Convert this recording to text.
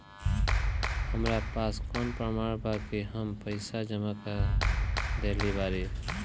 हमरा पास कौन प्रमाण बा कि हम पईसा जमा कर देली बारी?